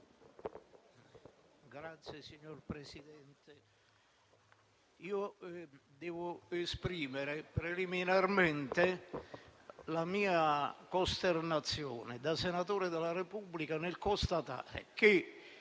*(M5S)*. Signor Presidente, devo esprimere preliminarmente la mia costernazione da senatore della Repubblica nel constatare che